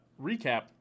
recap